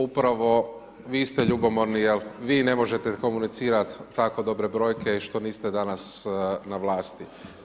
Upravo vi ste ljubomorni jer vi ne možete komunicirat tako dobre brojke i što niste danas na vlasti.